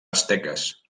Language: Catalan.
asteques